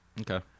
Okay